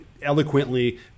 eloquently